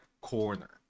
corner